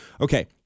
Okay